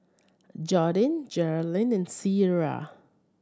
Jordyn Geralyn and Cierra